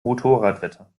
motorradwetter